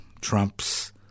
Trump's